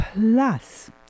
plus